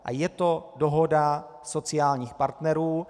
A je to dohoda sociálních partnerů.